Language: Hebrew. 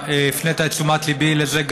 הפנית את תשומת ליבי לזה,